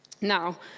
Now